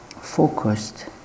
focused